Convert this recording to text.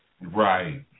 Right